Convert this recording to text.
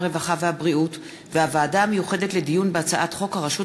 הרווחה והבריאות והוועדה המיוחדת לדיון בהצעת חוק הרשות